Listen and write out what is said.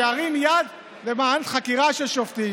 שירים יד על ועדת חקירה של שופטים.